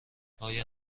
آیا